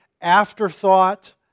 afterthought